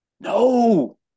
No